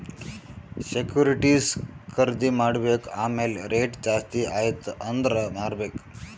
securities ಖರ್ದಿ ಮಾಡ್ಬೇಕ್ ಆಮ್ಯಾಲ್ ರೇಟ್ ಜಾಸ್ತಿ ಆಯ್ತ ಅಂದುರ್ ಮಾರ್ಬೆಕ್